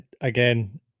Again